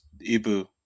Ibu